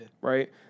right